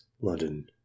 London